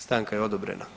Stanka je odobrena.